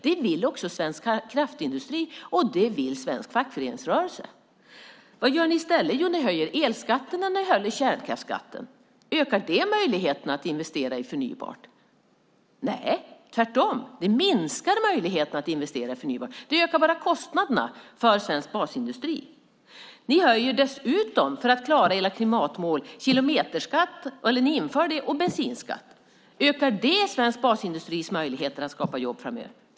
Det vill också svensk kraftindustri och det vill svensk fackföreningsrörelse. Vad gör ni i stället? Jo, ni höjer elskatterna. Ni höjer kärnkraftsskatten. Ökar det möjligheten att investera i förnybart? Nej, tvärtom, det minskar möjligheten att investera i förnybart. Det ökar bara kostnaderna för svensk basindustri. För att klara era klimatmål inför ni dessutom en kilometerskatt och höjer bensinskatten. Ökar det svensk basindustris möjligheter att skapa jobb framöver?